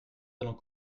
allons